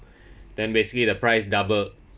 then basically the price doubled